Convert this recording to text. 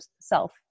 self